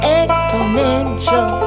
exponential